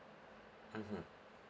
mmhmm